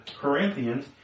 Corinthians